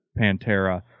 Pantera